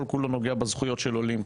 כל כולו נוגע בזכויות של עולים,